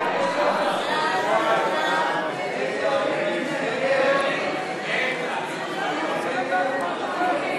הצעת סיעת יש עתיד להביע אי-אמון בממשלה לא נתקבלה.